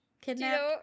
kidnapped